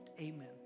amen